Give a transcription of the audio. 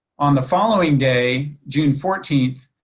on the following day, june fourteen,